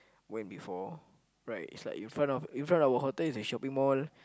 went before right is like in front of in front of the hotel is a shopping mall